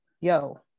yo